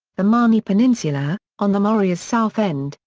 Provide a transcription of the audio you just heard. the mani peninsula, on the morea's south end,